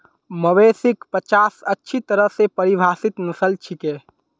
मवेशिक पचास अच्छी तरह स परिभाषित नस्ल छिके